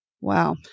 Wow